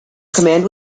command